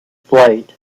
flight